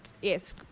yes